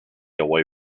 away